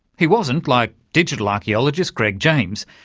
he wasn't, like digital archaeologist greg james,